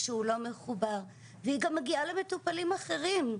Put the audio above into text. כשהוא לא מחובר והיא גם מגיעה למטופלים אחרים.